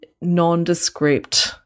nondescript